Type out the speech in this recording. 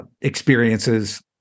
experiences